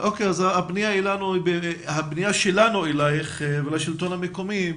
אם כך, הפנייה שלנו היא אלייך ואל השלטון המקומי.